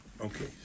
Okay